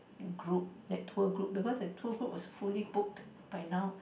group that tour group because the tour group was fully booked by now